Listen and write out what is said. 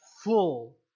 full